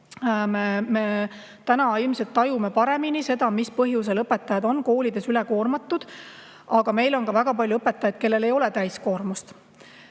Me täna ilmselt tajume paremini seda, mis põhjusel õpetajad on koolides üle koormatud. Aga meil on ka väga palju õpetajaid, kellel ei ole täiskoormust